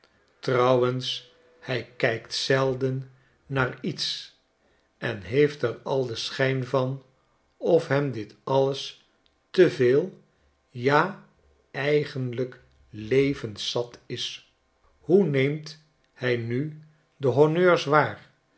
trouwens hij kijkt zelden naar iets en heeft er al den schijn van of hem dit alles te veel ja hij eigenlijk levenszat is hoe neemt hij nu de honneurs waar